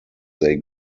they